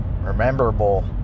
rememberable